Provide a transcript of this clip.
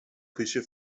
küche